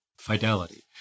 fidelity